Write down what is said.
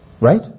Right